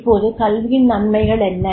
இப்போது கல்வியின் நன்மைகள் என்ன